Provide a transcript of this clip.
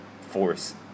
force